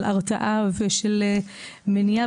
של הרתעה ושל מניעה,